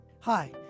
Hi